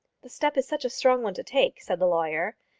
the step is such a strong one to take, said the lawyer,